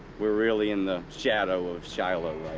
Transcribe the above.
we are really in the shadow of shiloh.